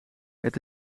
het